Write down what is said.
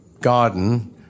garden